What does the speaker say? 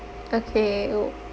okay o~